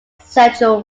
central